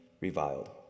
reviled